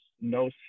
no